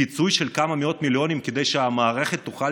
פיצוי של כמה מאות מיליונים כדי שהמערכת תוכל